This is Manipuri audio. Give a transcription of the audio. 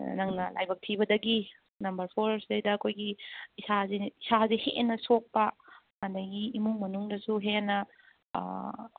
ꯑꯥ ꯅꯪꯅ ꯂꯥꯏꯕꯛ ꯊꯤꯕꯗꯒꯤ ꯅꯝꯕꯔ ꯐꯣꯔ ꯁꯤꯗꯩꯗ ꯑꯩꯈꯣꯏꯒꯤ ꯏꯁꯥꯁꯦ ꯍꯦꯟꯅ ꯁꯣꯛꯄ ꯑꯗꯒꯤ ꯏꯃꯨꯡ ꯃꯅꯨꯡꯗꯁꯨ ꯍꯦꯟꯅ